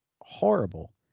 horrible